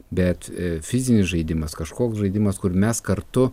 bet fizinis žaidimas kažkoks žaidimas kur mes kartu